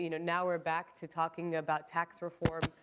you know now we're back to talking about tax reform.